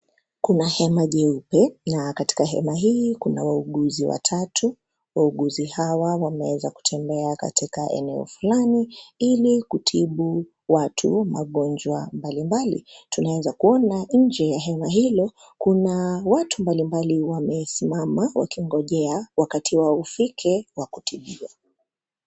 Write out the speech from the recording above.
Kuna hema jeupe na katika hema hii kuna wauguzi watatu, wauguzi hawa waneweza kutembea katika eneo fulani ili kutibu watu magonjwa mbalimbali, tunaweza kuona nje ya hema hilo kuna watu mbalimbali wamesimama wakingojea wakati wao ufike wa kutibiwa.